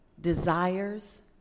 desires